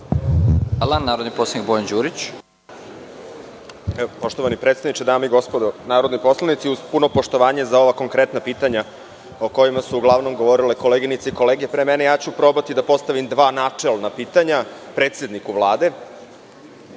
ima narodni poslanik Bojan Đurić.